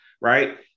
right